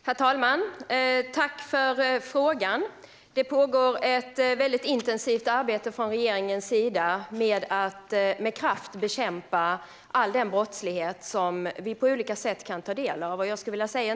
Herr talman! Jag vill tacka för frågan. Regeringen arbetar intensivt och med kraft för att bekämpa all den brottslighet som vi kan ta del av på olika sätt.